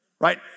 right